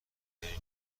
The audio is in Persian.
بیارین